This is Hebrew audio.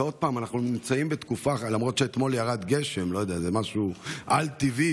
ושוב, למרות שאתמול ירד גשם, זה משהו על-טבעי,